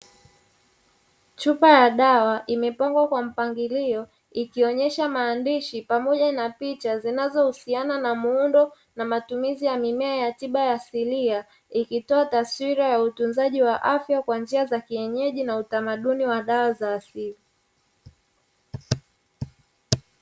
Chupa ya dawa imepangwa kwa mpangilio, ikionyesha maandishi pamoja na picha zinazohusiana na muundo na matumizi ya mimea ya tiba asilia, ikitoa taswira ya utunzaji wa afya kwa njia ya kienyeji na utamaduni wa dawa za asili.